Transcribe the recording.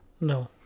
No